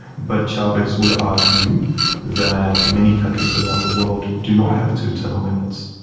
but chavez would argue that many countries around the world do not have two-term limits,